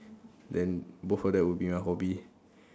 then both of that will be my hobby